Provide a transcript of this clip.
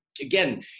again